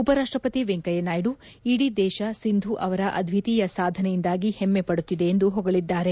ಉಪರಾಷ್ಟ ಪತಿ ವೆಂಕಯ್ಕನಾಯ್ದು ಇದೀ ದೇಶ ಸಿಂಧು ಅವರ ಅದ್ವಿತೀಯ ಸಾಧನೆಯಿಂದಾಗಿ ಹೆಮ್ಮೆ ಪಡುತ್ತಿದೆ ಎಂದು ಹೊಗಳಿದ್ದಾರೆ